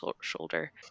shoulder